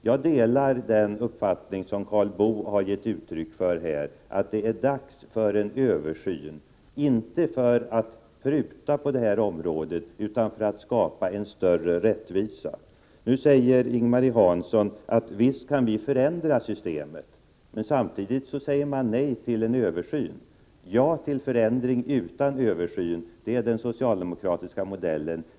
Jag delar den uppfattning som Karl Boo gav uttryck för här, att det är dags för en översyn — inte för att pruta på detta område utan för att skapa en större rättvisa. Ing-Marie Hansson säger: Visst kan vi förändra systemet! — Men samtidigt säger socialdemokraterna nej till en översyn. Ja till förändring utan översyn — det är den socialdemokratiska modellen.